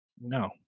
No